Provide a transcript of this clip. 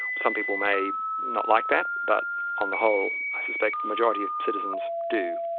some people may not like that, but on the whole i suspect the majority of citizens do.